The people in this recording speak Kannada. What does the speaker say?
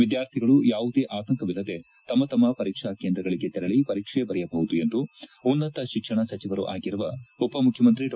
ವಿದ್ಯಾರ್ಥಿಗಳು ಯಾವುದೇ ಆತಂಕವಿಲ್ಲದೆ ತಮ್ಮ ತಮ್ಮ ಪರೀಕ್ಷಾ ಕೇಂದ್ರಗಳಿಗೆ ತೆರಳಿ ಪರೀಕ್ಷೆ ಬರೆಯಬಹುದು ಎಂದು ಉನ್ನತ ಶಿಕ್ಷಣ ಸಚಿವರೂ ಆಗಿರುವ ಉಪ ಮುಖ್ಯಮಂತ್ರಿ ಡಾ